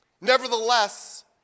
Nevertheless